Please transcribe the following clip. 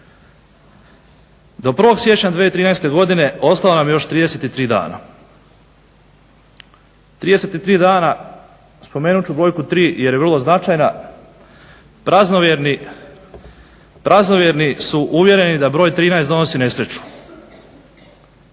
Do 1. siječnja 2013. godine ostalo nam je još 33 dana. 33 dana, spomenut ću brojku 3 jer je vrlo značajna. Praznovjerni su uvjereni da broj 13 donosi nesreću.